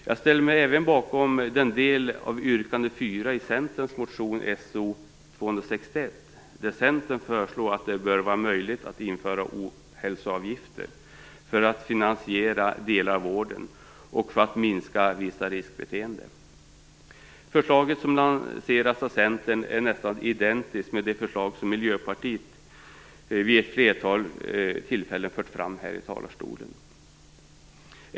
Jag ställer mig även bakom den del av yrkande 4 i Centerns motion So261, där Centern föreslår att det skall vara möjligt att införa "ohälsoavgifter" för att finansiera delar av vården och för att minska vissa riskbeteenden. Det förslag som lanseras av Centern är nästan identiskt med det förslag som vi i Miljöpartiet vid ett flertal tillfällen fört fram här i talarstolen.